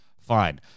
fine